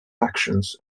actions